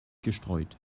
gestreut